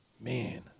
man